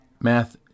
Math